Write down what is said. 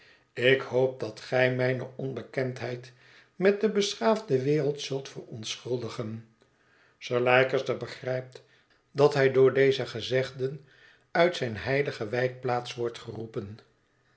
ik hoop dat gij mijne onbekendheid met de beschaafde wereld zult verontschuldigen sir leicester begrijpt dat hij door deze gezegden uit zijne heilige wijkplaats wordt geroepen